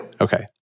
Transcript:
Okay